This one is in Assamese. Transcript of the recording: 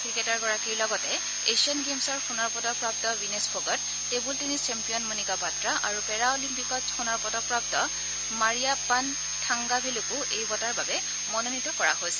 ক্ৰিকেটাৰগৰাকীৰ লগতে এছিয়ান গেমছৰ সোণৰ পদক প্ৰাপ্ত Vinesh Phogat table tennis champion Manika Batra আৰু পেৰা অলিম্পিকত সোণৰ পদকপ্ৰাপ্ত মাৰিয়াপ্পান থাংগাভেলুকো এই বঁটাৰ বাবে মনোনীত কৰা হৈছে